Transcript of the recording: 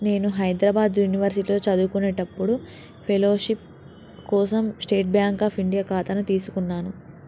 నేను హైద్రాబాద్ యునివర్సిటీలో చదువుకునేప్పుడు ఫెలోషిప్ కోసం స్టేట్ బాంక్ అఫ్ ఇండియా ఖాతాను తీసుకున్నాను